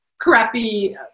crappy